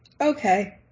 okay